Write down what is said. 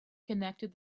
connected